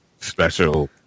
special